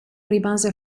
rimase